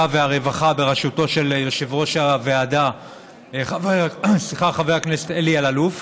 והרווחה בראשותו של יושב-ראש הוועדה חבר הכנסת אלי אלאלוף,